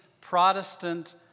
Protestant